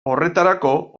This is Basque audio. horretarako